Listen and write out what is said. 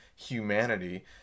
humanity